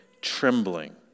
trembling